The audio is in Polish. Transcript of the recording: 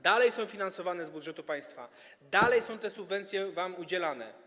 Dalej są finansowane z budżetu państwa, dalej te subwencje są wam udzielane.